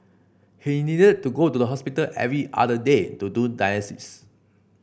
he needed to go to the hospital every other day to do dialysis